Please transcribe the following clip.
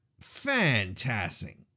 fantastic